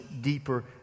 deeper